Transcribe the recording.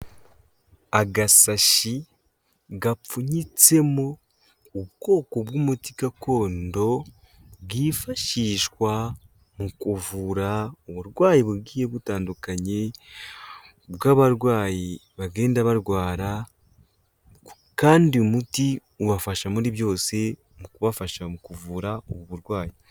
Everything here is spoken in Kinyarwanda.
Agasashyi gapfunyitsemo ubwoko bw'umuti gakondo bwifashishwa mu kuvura uburwayi bugiye butandukanye bw'abarwayi bagenda barwara kandi uyu muti ubafasha muri byose, mu kubafasha mu kuvura ubu burwayi.